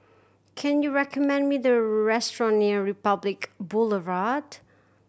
can you recommend me the restaurant near Republic Boulevard